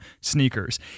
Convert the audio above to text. Sneakers